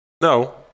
no